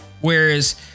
Whereas